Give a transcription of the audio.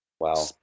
Wow